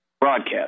broadcast